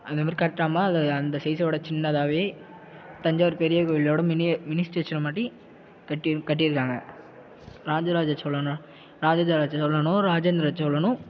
அந்த மாதிரி கட்டாமல் அதை அந்த சைசோட சின்னதாகவே தஞ்சாவூர் பெரிய கோயிலோடய மினி மினி ஸ்டேஷன் மாதிரி கட்டியிருக்காங்க ராஜராஜ சோழன் ராஜராஜ சோழனும் ராஜேந்திர சோழனும்